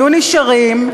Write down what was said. היו נשארים,